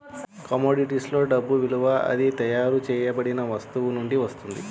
కమోడిటీస్లో డబ్బు విలువ అది తయారు చేయబడిన వస్తువు నుండి వస్తుంది